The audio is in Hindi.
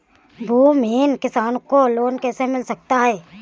भूमिहीन किसान को लोन कैसे मिल सकता है?